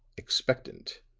expectant.